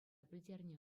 пӗлтернӗ